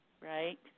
right